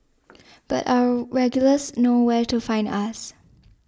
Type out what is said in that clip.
but our regulars know where to find us